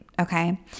okay